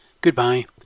goodbye